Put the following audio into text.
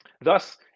Thus